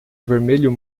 vermelho